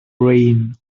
rain